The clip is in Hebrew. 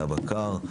מהבקר,